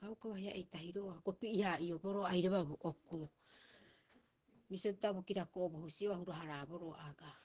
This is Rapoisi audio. kaukau haia ei tahiro'oo a hoko pi'e- hara'ioboroo airaba bo okuu. Bisio pita bo kirako'o bo husi'oo a hura- haraaboroo agaa.